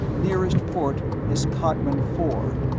nearest port is cottman four.